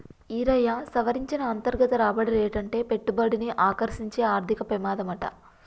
ఈరయ్యా, సవరించిన అంతర్గత రాబడి రేటంటే పెట్టుబడిని ఆకర్సించే ఆర్థిక పెమాదమాట